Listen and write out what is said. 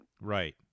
Right